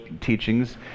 teachings